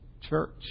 church